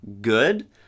good